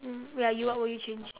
mm ya you what will you change